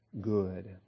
good